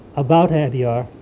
about adyar.